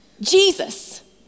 Jesus